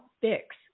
fix